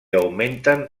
augmenten